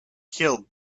killed